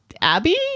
abby